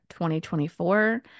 2024